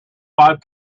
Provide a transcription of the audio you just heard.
five